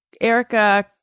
Erica